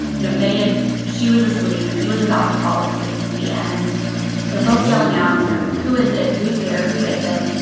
you know, they had she was asleep. asleep. he was about to fall asleep. and they're both yelling out, you know, who is it? who's there? who is it?